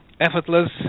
effortless